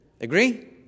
Agree